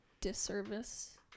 disservice